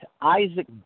Isaac